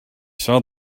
saw